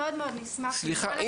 סליחה.